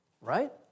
right